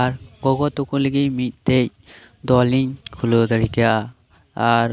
ᱟᱨ ᱜᱚᱜᱚ ᱛᱟᱠᱚ ᱞᱟᱹᱜᱤᱫ ᱢᱤᱫᱴᱮᱱ ᱫᱚᱞ ᱤᱧ ᱠᱷᱩᱞᱟᱹᱣ ᱫᱟᱲᱮ ᱠᱮᱭᱟ ᱟᱨ